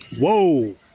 Whoa